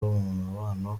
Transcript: mubano